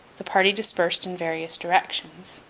the party dispersed in various directions,